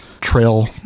trail